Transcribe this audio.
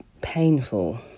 painful